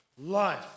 Life